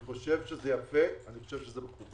אני חושב שזה יפה, אני חושב שזה מכובד.